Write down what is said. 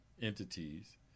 entities